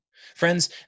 Friends